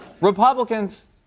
Republicans